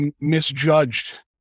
misjudged